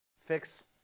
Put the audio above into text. Fix